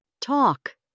Talk